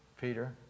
Peter